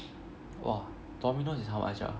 !wah! Domino's is how much ah